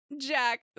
Jack